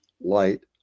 light